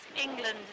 England